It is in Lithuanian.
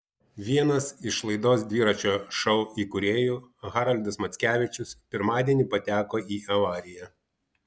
vienas iš laidos dviračio šou įkūrėjų haroldas mackevičius pirmadienį pateko į avariją